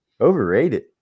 Overrated